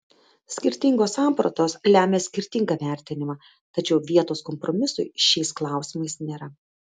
skirtingos sampratos lemia skirtingą vertinimą tačiau vietos kompromisui šiais klausimais nėra